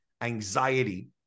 anxiety